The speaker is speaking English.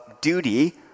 duty